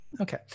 Okay